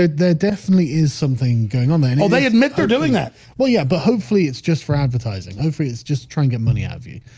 ah there definitely is something going on there no, they admit they're doing that. well, yeah, but hopefully it's just for advertising i'll freeze just to try and get money out of you.